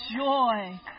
joy